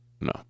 no